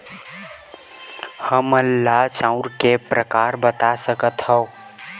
हमन ला चांउर के प्रकार बता सकत हव?